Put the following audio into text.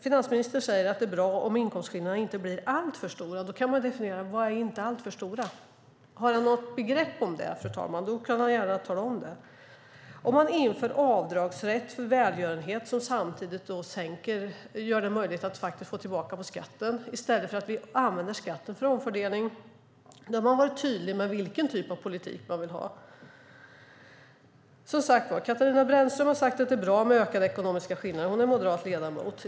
Finansministern säger att det är bra om inkomstskillnaderna inte blir alltför stora. Kan han definiera vad som är inte alltför stora? Har han något begrepp om det kan han gärna tala om det. Om man inför avdragsrätt för välgörenhet som samtidigt gör det möjligt att få tillbaka på skatten i stället för att vi använder skatten för omfördelning är man tydlig med vilken typ av politik man vill ha. Katarina Brännström har sagt att det är bra med ökade ekonomiska skillnader. Hon är moderat ledamot.